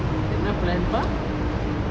என்ன:enna plan பா:pa